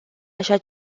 așa